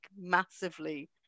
massively